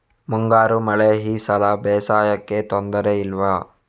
ಮುಂಗಾರು ಮಳೆ ಈ ಸಲ ಬೇಸಾಯಕ್ಕೆ ತೊಂದರೆ ಇಲ್ವ?